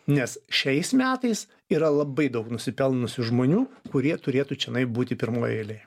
nes šiais metais yra labai daug nusipelnusių žmonių kurie turėtų čionai būti pirmoj eilėj